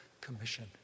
commission